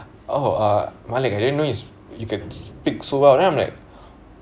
oh uh malik I didn't know you you can speak so well then I'm like